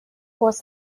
was